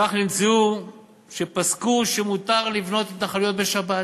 כך נמצאו שפסקו שמותר לבנות התנחלויות בשבת.